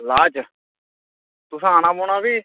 इलाज तुसें औना पौना फ्ही